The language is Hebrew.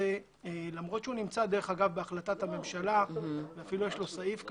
אף על פי שנמצא בהחלטת הממשלה ואפילו יש לו סעיף כזה,